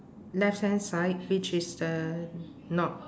left hand side which is the knob